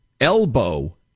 Elbow